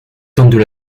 tentent